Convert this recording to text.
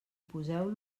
poseu